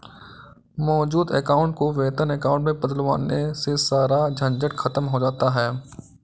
मौजूद अकाउंट को वेतन अकाउंट में बदलवाने से सारा झंझट खत्म हो जाता है